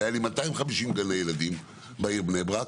והיו לי 250 גני ילדים בעיר בני ברק,